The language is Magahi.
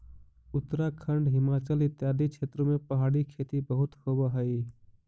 उत्तराखंड, हिमाचल इत्यादि क्षेत्रों में पहाड़ी खेती बहुत होवअ हई